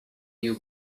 you